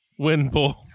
Windpool